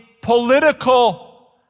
political